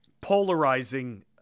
polarizing